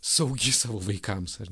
saugi savo vaikams ar